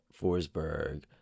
Forsberg